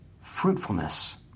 fruitfulness